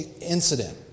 incident